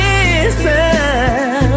Listen